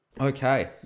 Okay